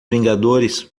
vingadores